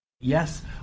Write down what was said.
Yes